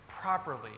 properly